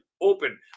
open